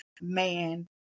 man